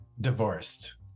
divorced